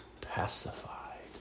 pacified